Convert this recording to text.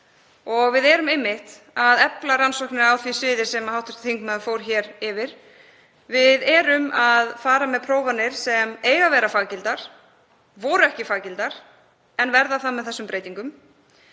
Við erum einmitt að efla rannsóknir á því sviði sem hv. þingmaður fór hér yfir. Við erum að fara af stað með prófanir sem eiga að vera faggiltar, voru ekki faggiltar en verða það með þessum breytingum.